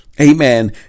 amen